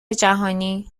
جهانی